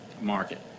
market